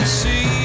see